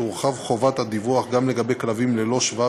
תורחב חובת הדיווח גם לגבי כלבים ללא שבב